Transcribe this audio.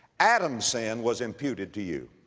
adam's sin was imputed to you.